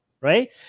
right